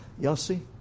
Yossi